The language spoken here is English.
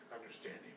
understanding